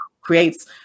creates